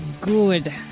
good